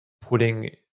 putting